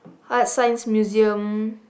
Art-Science-Museum